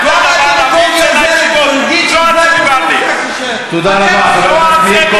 זה הכסף שיהדות התורה נותנת, 120 מיליון